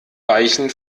weichen